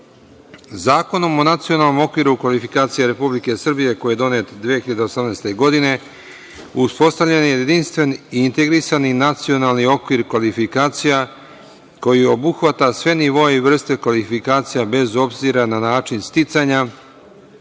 o nacionalnom okviru kvalifikacija Republike Srbije, koji je donet 2018. godine, uspostavljen je jedinstven i integrisani nacionalni okvir kvalifikacija, koji obuhvata sve nivoe i vrste kvalifikacija, bez obzira na način sticanja,